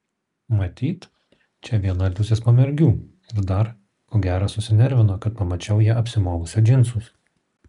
matyt čia viena liusės pamergių ir dar ko gero susinervino kad pamačiau ją apsimovusią džinsus